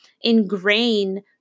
ingrain